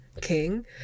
king